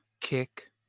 Kick